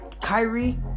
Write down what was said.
Kyrie